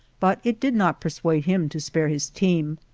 but it did not persuade him to spare his team.